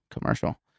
commercial